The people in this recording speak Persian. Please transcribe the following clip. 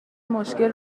مشکل